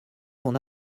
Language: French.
son